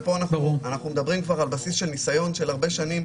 ופה אנחנו כבר מדברים על בסיס ניסיון של הרבה שנים.